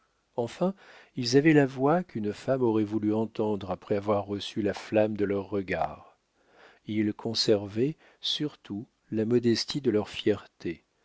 enfin ils avaient la voix qu'une femme aurait voulu entendre après avoir reçu la flamme de leurs regards ils conservaient surtout la modestie de leur fierté